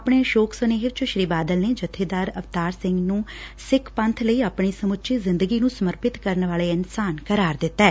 ਆਪਣੇ ਸ਼ੋਕ ਸੁਨੇਹੇ ਚ ਸ੍ਰੀ ਬਾਦਲ ਨੇ ਜੱਬੇਦਾਰ ਅਵਤਾਰ ਸਿੰਘ ਨੂੰ ਸਿੱਖ ਪੰਬ ਲਈ ਆਪਣੀ ਸਮੁੱਚੀ ਜਿੰਦਗੀ ਨੂੰ ਸਮਰਪਿਤ ਕਰਨ ਵਾਲੇ ਇਨਸਾਨ ਕਰਾਰ ਦਿੱਤੈ